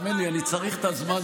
אתה יודע שאני יכולה, אותך?